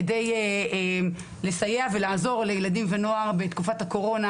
כדי לסייע ולעזור לילדים ונוער בתקופת הקורונה